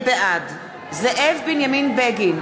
בעד זאב בנימין בגין,